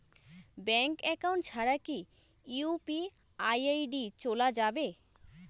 Bank account ছাড়া কি UPI ID চোলা যাবে?